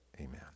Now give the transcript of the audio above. amen